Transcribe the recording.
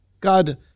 God